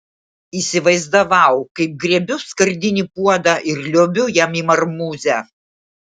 įsivaizdavau kaip griebiu skardinį puodą ir liuobiu jam į marmūzę